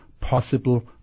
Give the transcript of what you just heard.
possible